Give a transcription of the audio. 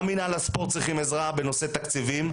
גם מינהל הספורט צריכים עזרה בנושא תקציבים,